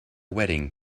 wedding